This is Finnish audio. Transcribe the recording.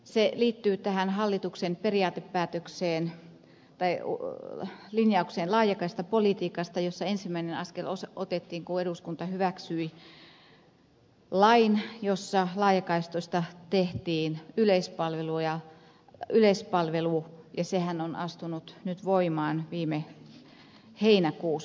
se liittyy tähän hallituksen linjaukseen laajakaistapolitiikasta jossa ensimmäinen askel otettiin kun eduskunta hyväksyi lain jossa laajakaistoista tehtiin yleispalvelu ja sehän on astunut voimaan viime heinäkuussa